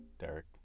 Derek